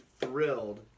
thrilled